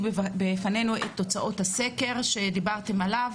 בפנינו את תוצאות הסקר שדיברתם עליו,